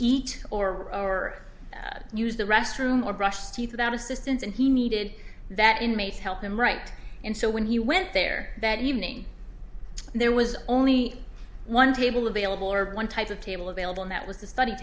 or use the restroom or brush teeth without assistance and he needed that inmates help them right and so when he went there that evening there was only one table available or one type of table available in that was the study